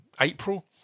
april